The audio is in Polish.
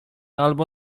albo